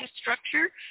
structure